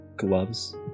gloves